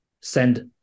send